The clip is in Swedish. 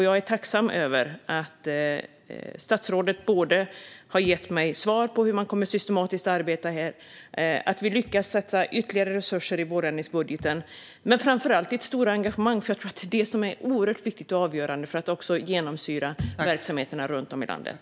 Jag är tacksam över att statsrådet har gett mig svar på hur man systematiskt kommer att arbeta och över att vi lyckas satsa ytterligare resurser i vårändringsbudgeten. Framför allt är jag tacksam över statsrådets stora engagemang - jag tror att det är oerhört viktigt och avgörande för att detta ska genomsyra verksamheterna runt om i landet.